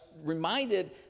reminded